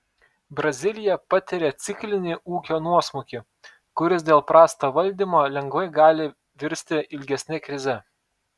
brazilija patiria ciklinį ūkio nuosmukį kuris dėl prasto valdymo lengvai gali virsti ilgesne krize